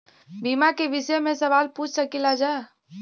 बीमा के विषय मे सवाल पूछ सकीलाजा?